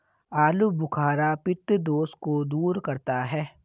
आलूबुखारा पित्त दोष को दूर करता है